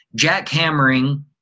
jackhammering